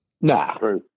Nah